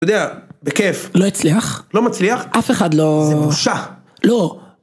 אתה יודע, בכיף. לא הצליח? לא מצליח. אף אחד לא... זה בושה. לא.